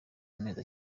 amezi